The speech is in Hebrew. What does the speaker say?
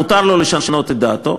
מותר לו לשנות את דעתו,